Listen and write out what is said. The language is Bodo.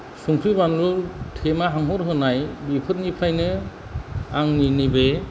संख्रि बामलु थेमा हांहरहोनाय बेफोरनिफ्रायनो आंनि नैबे